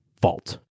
fault